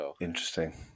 Interesting